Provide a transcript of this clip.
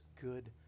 good